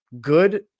good